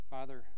Father